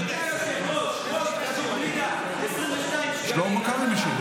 אדוני היושב-ראש, שלמה קרעי משיב.